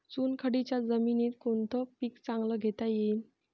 चुनखडीच्या जमीनीत कोनतं पीक चांगलं घेता येईन?